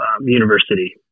university